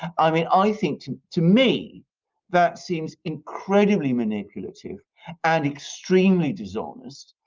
i mean, i think, to to me that seems incredibly manipulative and extremely dishonest,